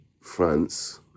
France